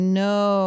no